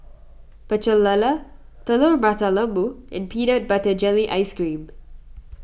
Pecel Lele Telur Mata Lembu and Peanut Butter Jelly Ice Cream